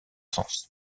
sens